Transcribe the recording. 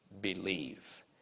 believe